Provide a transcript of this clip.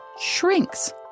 shrinks